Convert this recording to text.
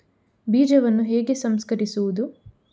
ಬೀಜವನ್ನು ಹೇಗೆ ಸಂಸ್ಕರಿಸುವುದು?